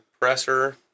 compressor